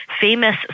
famous